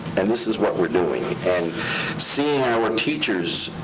and this is what we're doing. and seeing our teachers